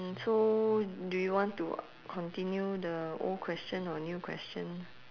mm so do you want to continue the old question or new question